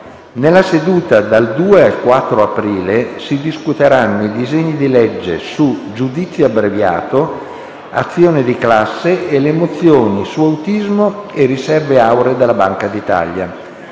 Nella settimana dal 2 al 4 aprile si discuteranno i disegni di legge su giudizio abbreviato, azione di classe e le mozioni su autismo e riserve auree della Banca d'Italia.